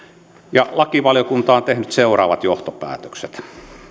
lakivaliokunta on tehnyt seuraavat johtopäätökset